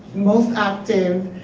most active